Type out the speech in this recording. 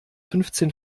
fünfzehn